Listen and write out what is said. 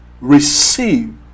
receive